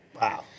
Wow